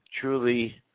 truly